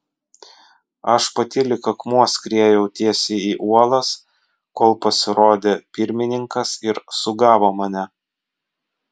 aš pati lyg akmuo skriejau tiesiai į uolas kol pasirodė pirmininkas ir sugavo mane